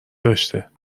داشته